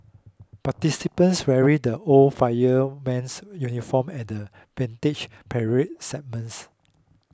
participants wearing the old fireman's uniform at the Vintage Parade segments